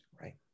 Right